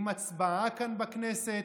עם הצבעה כאן בכנסת?